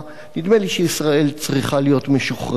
נדמה לי שישראל צריכה להיות משוחררת,